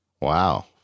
Wow